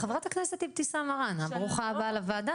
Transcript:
חבר הכנסת אבתיסאם מראענה, ברוכה הבאה לוועדה.